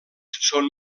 són